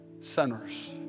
sinners